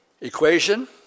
Equation